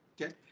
Okay